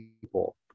people